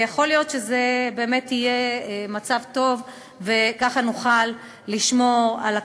ויכול להיות שזה באמת יהיה מצב טוב וככה נוכל לשמור על הכלבים,